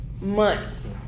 Months